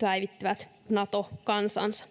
päivittivät Nato-kantansa.